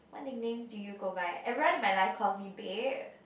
what nicknames do you go by everyone in my life calls me bear